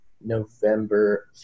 November